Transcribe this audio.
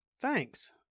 Thanks